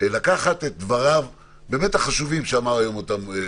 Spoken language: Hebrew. לקחת את דבריו החשובים שאמר היום אודי,